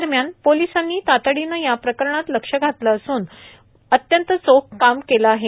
दरम्यान पोलिसांनी तातडीनं या प्रकरणात लक्ष घातलं असून पोलिसांनी अत्यंत चोख काम केलं आहे